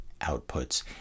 outputs